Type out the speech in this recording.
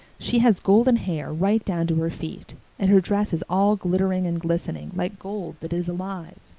she has golden hair right down to her feet and her dress is all glittering and glistening like gold that is alive.